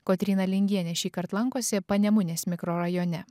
kotryna lingienė šįkart lankosi panemunės mikrorajone